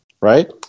Right